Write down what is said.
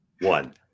one